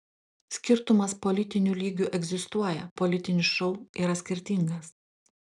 skirtumas politiniu lygiu egzistuoja politinis šou yra skirtingas